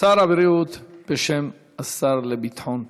בשם השר לביטחון הפנים,